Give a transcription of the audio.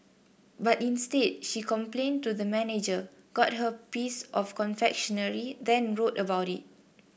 but instead she complained to the manager got her piece of confectionery then wrote about it